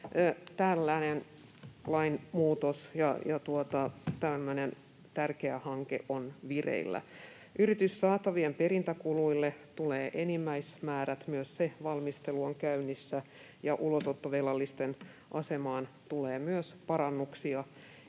tällainen lainmuutos ja tämmöinen tärkeä hanke on vireillä. Yrityssaatavien perintäkuluille tulee enimmäismäärät, myös se valmistelu on käynnissä. Myös ulosottovelallisten asemaan tulee parannuksia,